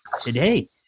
today